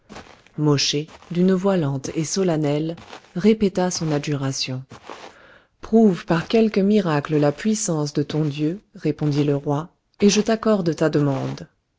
d'une voix lente et solennelle répéta son adjuration prouve par quelque miracle la puissance de ton dieu répondit le roi et je t'accorde ta demande